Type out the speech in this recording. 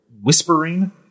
whispering